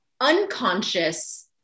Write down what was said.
unconscious